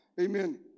amen